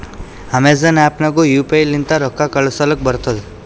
Amazon app ನಾಗ್ನು U P I ಲಿಂತ ರೊಕ್ಕಾ ಕಳೂಸಲಕ್ ಬರ್ತುದ್